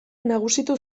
nagusitu